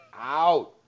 out